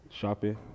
shopping